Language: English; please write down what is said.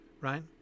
right